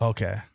Okay